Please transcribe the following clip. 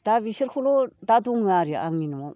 दा बिसोरखौल' दा दङ आरो आंनि न'आव